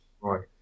right